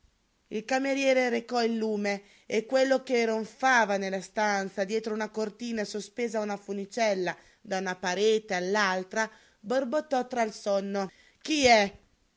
il cameriere recò il lume e quello che ronfava nella stanza dietro una cortina sospesa a una funicella da una parete all'altra borbottò tra il sonno chi è